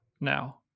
now